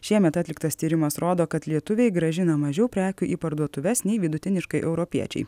šiemet atliktas tyrimas rodo kad lietuviai grąžino mažiau prekių į parduotuves nei vidutiniškai europiečiai